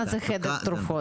מה זה חדר תרופות?